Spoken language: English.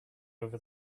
over